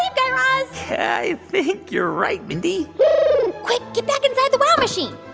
ah guy raz i think you're right, mindy quick get back inside the wow machine